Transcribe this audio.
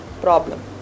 problem